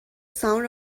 sound